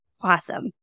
Awesome